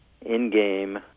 in-game